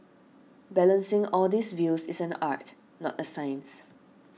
balancing all these views is an art not a science